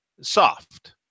soft